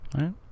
Right